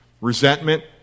resentment